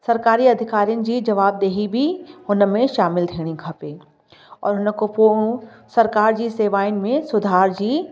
सरकारी अधिकारियुनि जी जवाबदेही बि हुन में शामिल थियणी खपे और उन खां पोइ सरकार जी सेवाउनि में सुधार जी